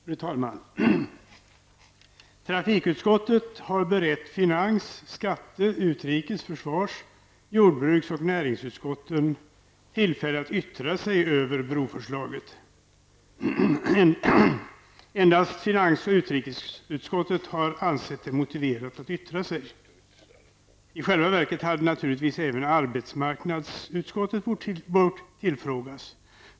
Fru talman! Trafikutskottet har berett finans-, skatte-, utrikes-, försvars-, jordbruks och näringsutskotten tillfälle att yttra sig över broförslaget. Endast finans och utrikesutskottet har ansett det motiverat att yttra sig. I själva verket hade naturligtvis även arbetsmarknadsutskottet bort tillfrågas.